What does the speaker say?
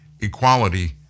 Equality